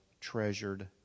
treasured